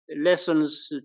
lessons